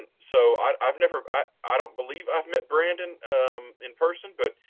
and so i've i've never, i i don't believe i've met branden in person, but